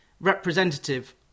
representative